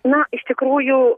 na iš tikrųjų